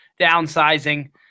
downsizing